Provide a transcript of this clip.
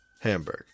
Hamburg